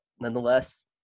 nonetheless